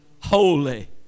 holy